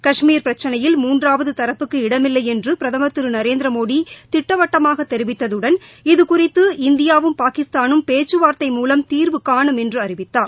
கஷ்மீர் பிரச்சினையில் மூன்றாவது தரப்புக்கு இடமில்லை என்று பிரதமர் திரு நரேந்திரமோடி திட்டவட்டமாக தெரிவித்ததுடன் இது குறித்து இந்தியாவும் பாகிஸ்தானும் பேச்சுவார்த்தை மூலம் தீர்வு காணும் என்றும் அறிவித்தார்